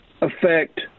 affect